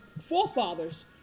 forefathers